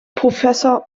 professor